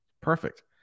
Perfect